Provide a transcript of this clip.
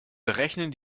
berechnen